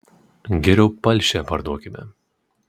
geriau palšę parduokime